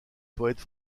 poètes